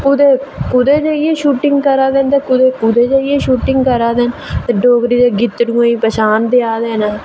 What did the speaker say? कुतै कुतै जाइयै शूटिंग करै दे न ते कुतै कुतै जाइयै शूटिंग करै दे न ते डोगरी दे गितड़ुएं गी पन्छान देआ दे न